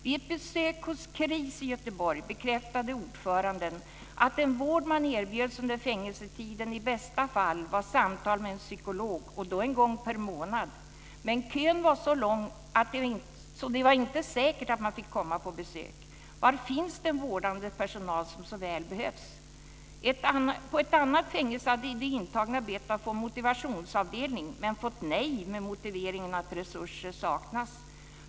Vid ett besök hos KRIS i Göteborg bekräftade ordföranden att den vård man erbjöds under fängelsetiden i bästa fall var samtal med en psykolog och då en gång per månad, men kön var så lång att det inte var säkert att man fick komma på besök. Var finns den vårdande personal som så väl behövs? På ett annat fängelse hade de intagna bett att få en motivationsavdelning men fått nej med motiveringen att resurser saknas.